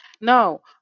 No